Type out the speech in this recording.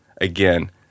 again